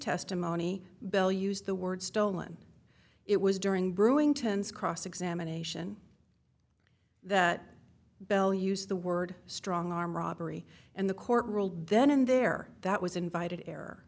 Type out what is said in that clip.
testimony bell used the word stolen it was during brewing tense cross examination that belle used the word strong arm robbery and the court ruled then in there that was invited error